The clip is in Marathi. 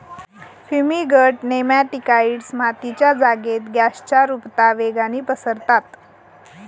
फ्युमिगंट नेमॅटिकाइड्स मातीच्या जागेत गॅसच्या रुपता वेगाने पसरतात